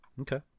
Okay